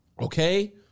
Okay